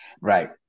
Right